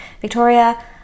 Victoria